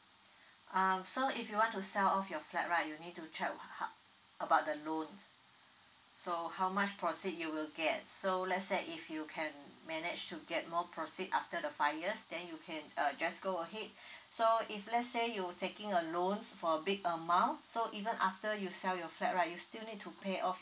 um so if you want to sell off your flat right you need to check how about the loan so how much proceed you will get so let's say if you can manage to get more proceed after the five years then you can uh just go ahead so if let's say you taking a loan for big amount so even after you sell your flat right you still need to pay off